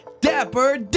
Dapper